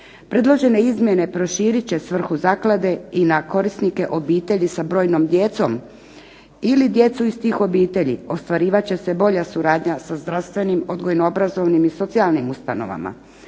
Predložene izmjene proširit će svrhu zaklade i na korisnike obitelji sa brojnom djecom ili djecu iz tih obitelji, ostvarivat će se bolja suradnja sa zdravstvenim, odgojno-obrazovnim i socijalnim ustanovama,